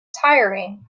tiring